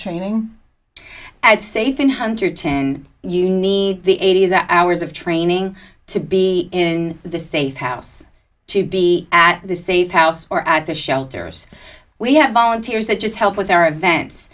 training and safe in hunter ten you need the eighty's hours of training to be in the safe house to be at the safe house or at the shelters we have volunteers that just help with our events